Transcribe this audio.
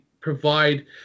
provide